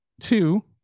Two